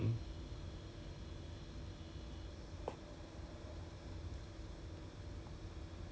then we just provided meals for that amount of people then the rest 都是她她 parents' side 的 mah